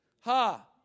Ha